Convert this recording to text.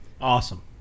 Awesome